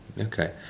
Okay